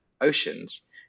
oceans